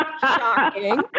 Shocking